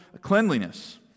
cleanliness